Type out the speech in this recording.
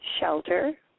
shelter